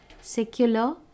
secular